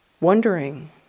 wondering